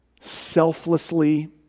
selflessly